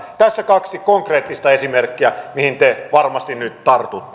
tässä kaksi konkreettista esimerkkiä mihin te varmasti nyt tartutte